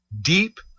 deep